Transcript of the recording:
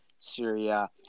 Syria